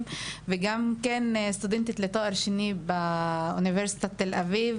וגם כן סטודנטית לתואר שני באוניברסיטת תל אביב,